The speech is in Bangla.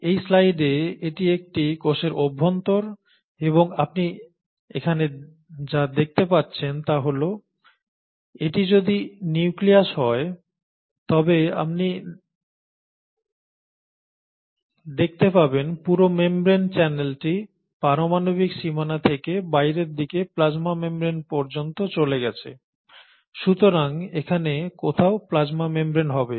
এই স্লাইডে এটি একটি কোষের অভ্যন্তর এবং আপনি এখানে যা দেখতে পাচ্ছেন তা হল এটি যদি নিউক্লিয়াস হয় তবে আপনি দেখতে পাবেন পুরো মেমব্রেন চ্যানেলটি পারমাণবিক সীমানা থেকে বাইরের দিকে প্লাজমা মেমব্রেন পর্যন্ত চলে গেছে সুতরাং এখানে কোথাও প্লাজমা মেমব্রেন হবে